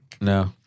No